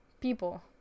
people